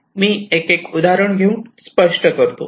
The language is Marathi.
मी एक एक उदाहरण घेऊन स्पष्ट करतो